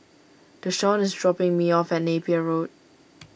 Dashawn is dropping me off at Napier Road